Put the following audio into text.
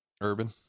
Urban